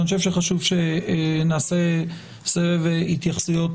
אני חושב שחשוב שנעשה סבב התייחסויות